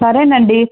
సరే అండి